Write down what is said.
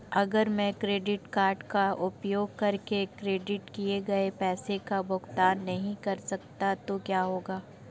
अगर मैं credit card का उपयोग करके क्रेडिट किए गए पैसे का भुगतान नहीं कर सकता तो क्या होगा?